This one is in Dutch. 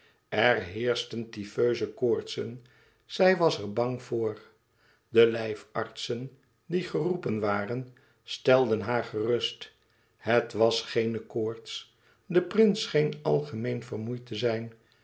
er heerschten tyfeuze koortsen zij was er bang voor de lijfartsen die geroepen waren stelden haar gerust het was geene koorts de prins scheen algemeen vermoeid te zijn